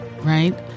right